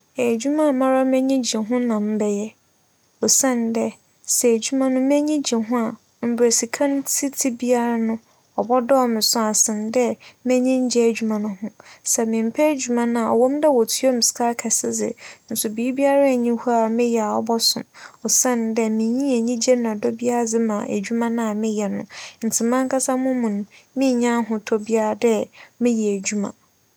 Edwuma a mara m'enyi gye ho na mebɛyɛ osiandɛ sɛ edwuma no m'enyi gye ho a, mbrɛ sika no si tse biara no ͻbͻdͻͻ me so ansen dɛ m'enyi nngye edwuma no ho. Sɛ memmpɛ edwuma no a, ͻwͻ mu dɛ wotua me sika akɛse dze nso biribiara nnyi hͻ a meyɛɛ ͻbͻso osiandɛ minnyi enyigye na dͻ biara dze ma edwuma no a meyɛ no ntsi mankasa mo mu no, minnya ahotͻ biara dɛ meyɛ edwuma.